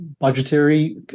budgetary